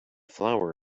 flour